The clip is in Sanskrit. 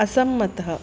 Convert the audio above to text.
असम्मतः